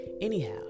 Anyhow